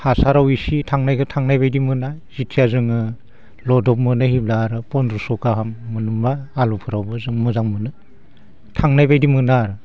हासाराव एसे थांनायखाय थांनायबायदि मोना जेथिया जोङो लदब मोनो होनब्ला आरो फनद्रस' गाहाम मोनबा आलुफ्रावबो जों मोजां मोनो थांनायबायदि मोना आरो